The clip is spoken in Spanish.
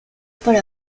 para